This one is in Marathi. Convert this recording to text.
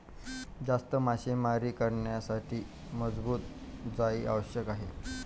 जास्त मासेमारी करण्यासाठी मजबूत जाळी आवश्यक आहे